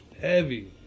Heavy